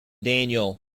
daniel